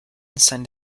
send